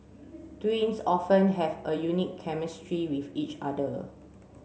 twins often have a unique chemistry with each other